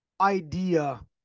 idea